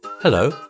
Hello